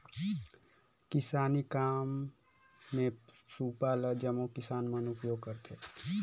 किसानी काम मे सूपा ल जम्मो किसान मन उपियोग करथे